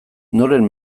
noren